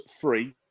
free